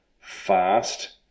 Fast